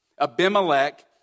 Abimelech